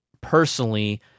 personally